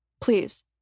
Please